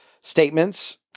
statements